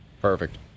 Perfect